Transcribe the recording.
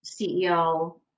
ceo